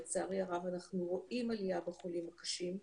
לצערי הרב, אנחנו רואים עלייה בחולים הקשים,